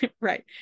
right